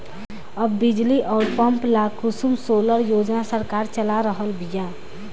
अब बिजली अउर पंप ला कुसुम सोलर योजना सरकार चला रहल बिया